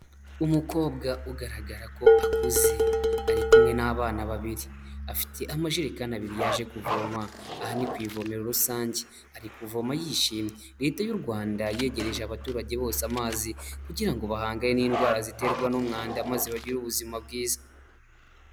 Umukobwa ugaragara ko akuze ari kumwe n'abana babiri afite amajerekani abiri, yaje kuvoma aha ni kw’ivomero rusange ari kuvoma yishimye. Leta y'U Rwanda yegereje abaturage bose amazi, kugira ngo bahangane n'indwara ziterwa n'umwanda maze bagire ubuzima bwiza.